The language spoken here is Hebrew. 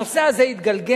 הנושא הזה התגלגל,